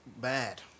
bad